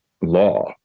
law